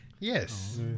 Yes